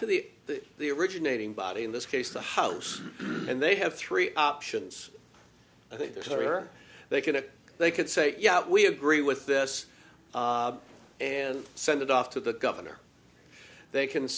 to the the originating body in this case the house and they have three options i think they're sure they can it they could say yeah we agree with this and send it off to the governor they can